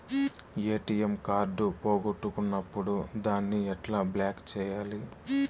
ATM card పోగొట్టుకున్నప్పుడు దాన్ని ఎట్లా బ్లాక్ సేయాలి